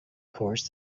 course